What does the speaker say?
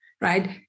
right